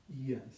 Yes